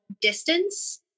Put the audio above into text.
distance